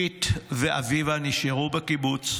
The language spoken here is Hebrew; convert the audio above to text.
קית' ואביבה נשארו בקיבוץ,